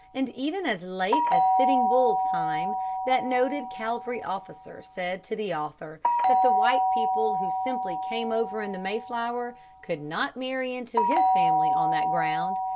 and even as late as sitting bull's time that noted cavalry officer said to the author that the white people who simply came over in the mayflower could not marry into his family on that ground.